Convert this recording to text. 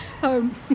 home